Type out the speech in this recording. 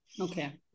Okay